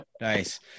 Nice